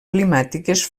climàtiques